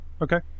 Okay